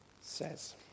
says